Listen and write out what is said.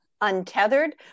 untethered